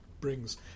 brings